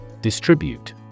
Distribute